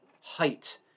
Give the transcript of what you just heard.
height